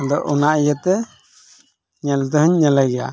ᱟᱫᱚ ᱚᱱᱟ ᱤᱭᱟᱹᱛᱮ ᱧᱮᱞ ᱛᱮᱦᱚᱧ ᱧᱮᱞᱮ ᱜᱮᱭᱟ